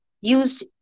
use